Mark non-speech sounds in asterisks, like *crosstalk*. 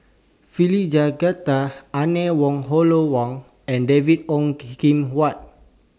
Philip *unintelligible* Anne Wong Hollo Wang and David Ong *noise* Kim Huat